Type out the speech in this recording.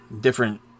different